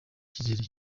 icyizere